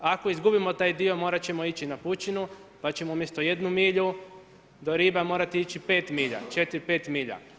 Ako izgubimo taj dio, morati ćemo ići na pučinu, pa ćemo umjesto jednu milju do riba morati ići 5 milja, 4, 5 milja.